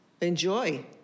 Enjoy